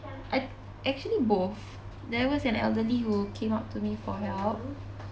I actually both there was an elderly who came up to me for help